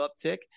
uptick